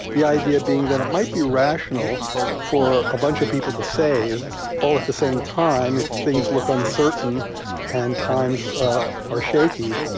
the idea being that it might be rational for a bunch of people to save all at the same time if things look uncertain and times are shaky.